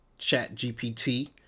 ChatGPT